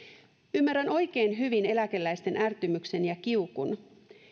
ymmärrän oikein hyvin eläkeläisten ärtymyksen ja kiukun